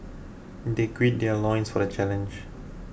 they gird their loins for the challenge